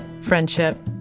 friendship